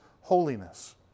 holiness